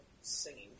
singing